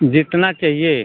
जितना चाहिए